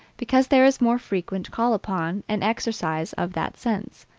because there is more frequent call upon, and exercise of, that sense.